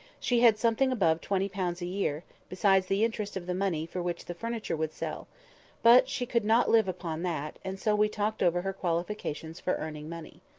she had something above twenty pounds a year, besides the interest of the money for which the furniture would sell but she could not live upon that and so we talked over her qualifications for earning money.